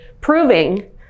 Proving